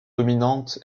dominante